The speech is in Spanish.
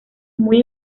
muy